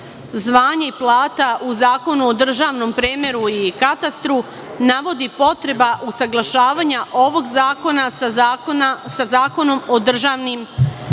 zvanja i plata u Zakonu o državnom premeru i katastru, navodi potreba usaglašavanja ovog zakona sa Zakonom o državnim